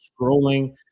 scrolling